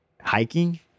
hiking